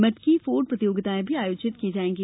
मटकी फोड प्रतियोगितायें भी आयोजित की जायेंगी